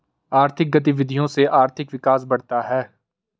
आर्थिक गतविधियों से आर्थिक विकास बढ़ता है